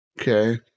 okay